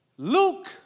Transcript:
Luke